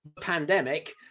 pandemic